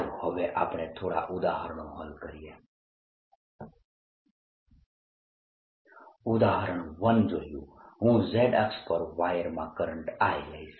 ચાલો હવે આપણે થોડા ઉદાહરણો હલ કરીએ ઉદાહરણ 1 જોઈએ હું Z અક્ષ પરના વાયરમાં કરંટ I લઈશ